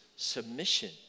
submission